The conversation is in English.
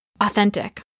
authentic